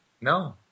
No